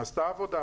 נעשתה עבודה,